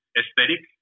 aesthetic